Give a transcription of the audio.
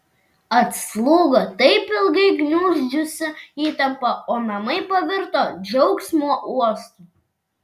atslūgo taip ilgai gniuždžiusi įtampa o namai pavirto džiaugsmo uostu